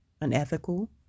unethical